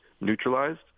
neutralized